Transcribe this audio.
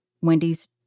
Wendy's